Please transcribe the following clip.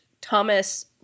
Thomas